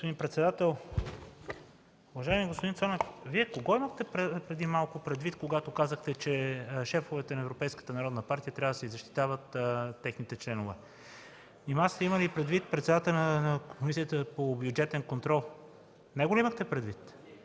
господин председател. Уважаеми господин Цонев, Вие кого имахте преди малко предвид, когато казахте, че шефовете на Европейската народна партия трябва да си защитават техните членове? Нима сте имали предвид председателя на Комисията по бюджетен контрол? Него ли имахте предвид?